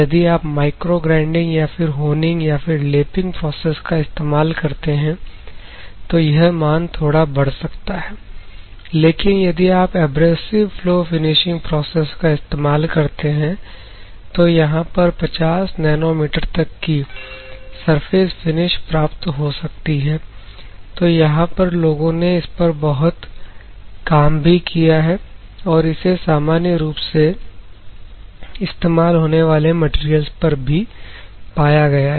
यदि आप micro grinding या फिर होनिंग या फिर लैपिंग प्रोसेस का इस्तेमाल करते हैं तो यह मान थोड़ा बढ़ सकता है लेकिन यदि आप एब्रेसिव फ्लो फिनिशिंग प्रोसेस का इस्तेमाल करते हैं तो यहां पर 50 नैनोमीटर तक की सर्फेस फिनिश प्राप्त हो सकती है तो यहां पर लोगों ने इस पर बहुत काम भी किया है और इसे सामान्य रूप से इस्तेमाल होने वाले मैटेरियल्स पर भी पाया गया है